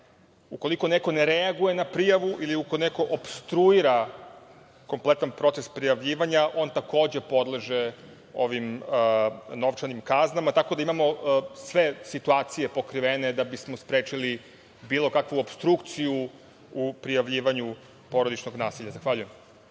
ukoliko ne reaguje na prijavu ili ukoliko neko opstruira kompletan proces prijavljivanja, on takođe podleže ovim novčanim kaznama, tako da imamo sve situacije pokrivene da bismo sprečili bilo kakvu opstrukciju u prijavljivanju porodičnog nasilja. Zahvaljujem.